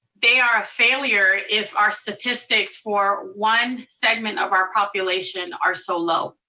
they are a failure if our statistics for one segment of our population are so low.